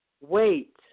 wait